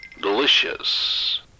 delicious